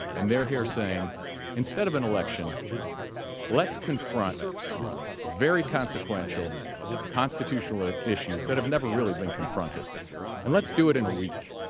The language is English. and their here saying instead of an election lets confront very consequential constitution would issue said it never really been confronted and let's do it in a week